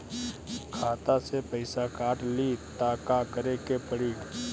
खाता से पैसा काट ली त का करे के पड़ी?